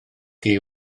chi